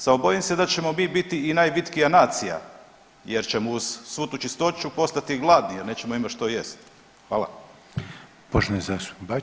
Samo bojim se da ćemo mi biti i najvitkija nacija, jer ćemo uz svu tu čistoću postati i gladni jer nećemo imati što jesti.